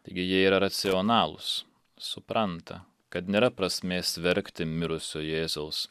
taigi jie yra racionalūs supranta kad nėra prasmės verkti mirusio jėzaus